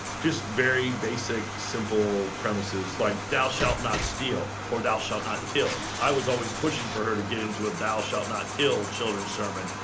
just very basic, simple premises. like, thou shalt not steal, or, thou shalt not kill. i was always pushing for her to get into a, thou shalt not kill children's sermon,